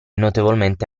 notevolmente